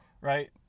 right